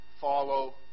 follow